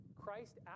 Christ